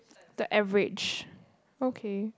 the average okay